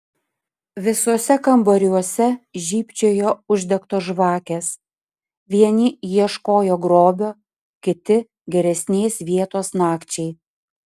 visuose kambariuose žybčiojo uždegtos žvakės vieni ieškojo grobio kiti geresnės vietos nakčiai